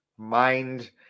mind